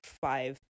five